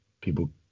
people